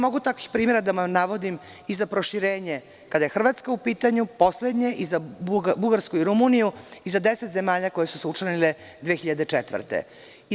Mogu takvih primera da navodim i za proširenje kada je Hrvatska upitanju, poslednje, i za Bugarsku i Rumuniju i za deset zemalja koje su se učlanile 2004. godine.